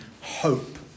hope